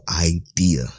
idea